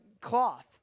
cloth